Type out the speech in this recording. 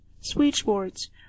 switchboards